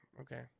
okay